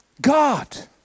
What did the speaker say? God